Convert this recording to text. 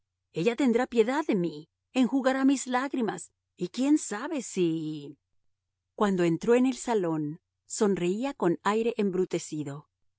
ella tendrá piedad de mí enjugará mis lágrimas y quién sabe si cuando entró en el salón sonreía con aire embrutecido